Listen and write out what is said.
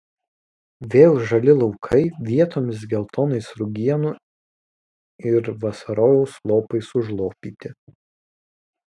vėl žali laukai vietomis geltonais rugienų ir vasarojaus lopais užlopyti